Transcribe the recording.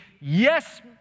yes